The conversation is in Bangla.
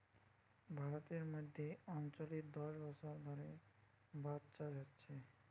ভারতের মধ্য অঞ্চলে দশ বছর ধরে বাঁশ চাষ হচ্ছে